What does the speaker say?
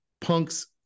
Punk's